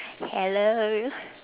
hello